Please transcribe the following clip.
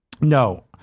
No